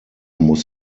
muss